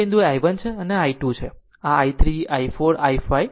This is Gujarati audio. તેથી આ બિંદુએ તે i1 છે અને આ I2 છે આ i3 i4 i 5 અને તેથી વધુ છે